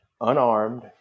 unarmed